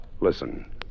listen